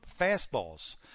fastballs